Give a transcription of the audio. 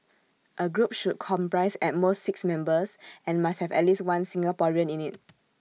A group should comprise at most six members and must have at least one Singaporean in IT